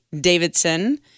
Davidson